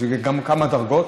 יש לזה גם כמה דרגות: